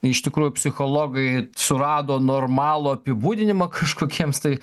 iš tikrųjų psichologai surado normalų apibūdinimą kažkokiems tai